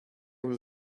will